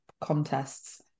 contests